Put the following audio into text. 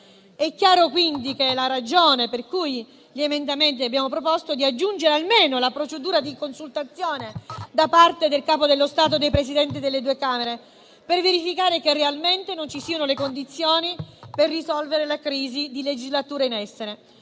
È chiaro quindi che la ragione per cui negli emendamenti abbiamo proposto di aggiungere almeno la procedura di consultazione da parte del Capo dello Stato dei Presidenti delle due Camere per verificare che realmente non ci siano le condizioni per risolvere la crisi di legislatura in essere.